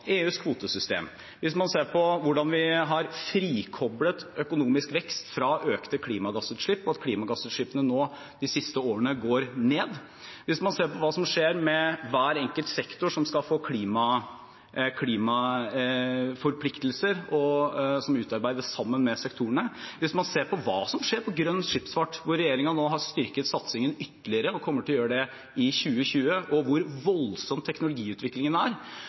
EUs kvotesystem, hvis man ser på hvordan man har frikoblet økonomisk vekst fra økte klimagassutslipp, og at klimagassutslippene de siste årene har gått ned, hvis man ser på hva som skjer med hver enkelt sektor som skal få klimaforpliktelser som utarbeides sammen med sektorene, hvis man ser på hva som skjer på grønn skipsfart, hvor regjeringen nå har styrket satsingen ytterligere, og kommer til å gjøre det i 2020, hvis man ser på hvor voldsom teknologiutviklingen er: